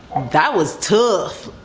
that was tough,